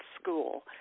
school